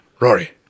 rory